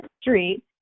street